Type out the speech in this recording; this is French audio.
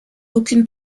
aucune